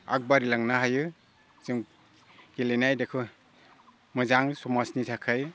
आगबारिलांनो हायो जों गेलेनाय आयदाखौ मोजां समाजनि थाखाय